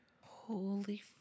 Holy